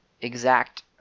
exact